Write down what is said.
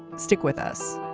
stick with us